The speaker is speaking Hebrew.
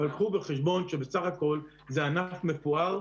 אבל קחו בחשבון שבסך-הכול זה ענף מפואר,